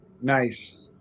Nice